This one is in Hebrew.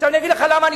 אני אגיד לך למה.